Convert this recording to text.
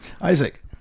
Isaac